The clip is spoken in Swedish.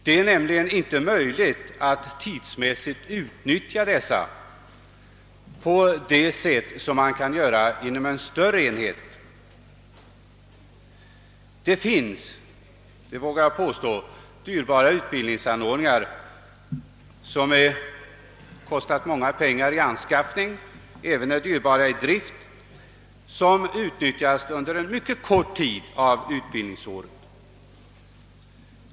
Det är nämligen inte möjligt att på varje förband tidsmässigt utnyttja dessa på det sätt som man kan göra inom en större enhet. Det finns, vågar jag påstå, utbildningsanordningar som har kostat mycket pengar i anläggning och som även är dyrbara i drift, vilka utnyttjas endast under en mycket kort tid av utbildningsåret.